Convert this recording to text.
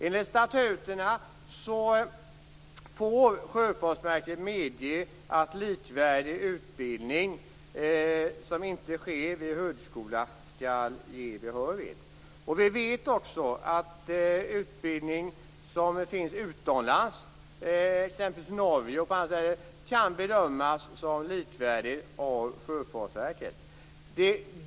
Enligt statuterna får Sjöfartsverket medge att likvärdig utbildning som inte sker vid högskola skall ge behörighet. Den utbildning som finns utomlands - t.ex. i Norge och på andra ställen - kan bedömas som likvärdig av Sjöfartsverket.